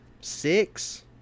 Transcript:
six